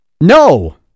No